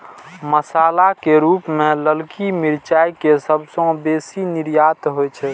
मसाला के रूप मे ललकी मिरचाइ के सबसं बेसी निर्यात होइ छै